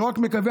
לא רק מקווה,